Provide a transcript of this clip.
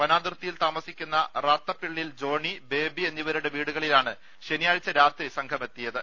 വനാതിർത്തിയിൽ താമസിക്കുന്ന റാത്തപ്പിള്ളിൽ ജോണി ബേബി എന്നിവരുടെ വീടുകളിലാണ് ശനിയാഴ്ച രാത്രി സംഘമെത്തിയത്